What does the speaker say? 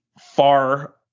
far